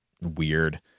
weird